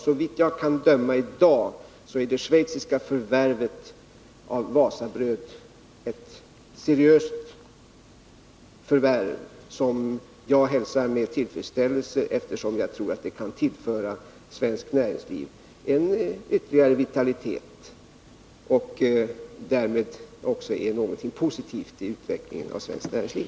Såvitt jag kan bedöma i dag är det schweiziska förvärvet av Wasabröd AB ett seriöst förvärv. Jag hälsar det med tillfredsställelse, eftersom jag tror att det kan tillföra svenskt näringsliv ytterligare vitalitet. Därmed är det också någonting positivt för utvecklingen av svenskt näringsliv.